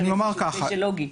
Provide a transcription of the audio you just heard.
יש כאן כשל לוגי.